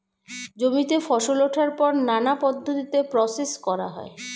জমিতে ফসল ওঠার পর নানা পদ্ধতিতে প্রসেস করা হয়